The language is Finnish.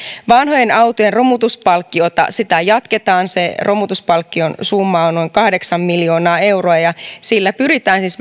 vanhojen autojen romutuspalkkiota jatketaan se romutuspalkkion summa on noin kahdeksan miljoonaa euroa ja sillä pyritään siis